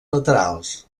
laterals